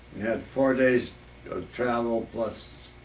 had four days of travel plus